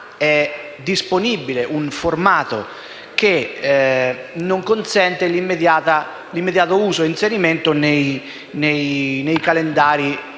è un formato che non consente l'immediato uso ed inserimento nei calendari